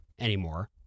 anymore